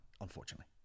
unfortunately